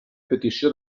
petició